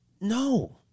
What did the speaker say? no